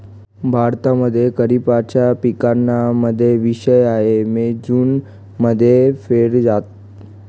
मक्का भारतामध्ये खरिपाच्या पिकांना मध्ये विशेष आहे, मक्याला मे जून मध्ये पेरल जात